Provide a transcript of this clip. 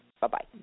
Bye-bye